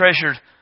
treasured